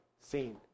seen